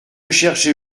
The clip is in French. cherchez